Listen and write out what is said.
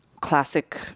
classic